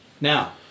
Now